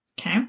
Okay